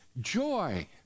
joy